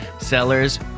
Sellers